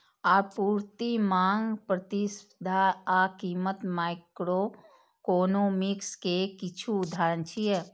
आपूर्ति, मांग, प्रतिस्पर्धा आ कीमत माइक्रोइकोनोमिक्स के किछु उदाहरण छियै